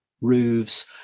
roofs